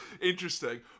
Interesting